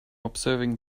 observing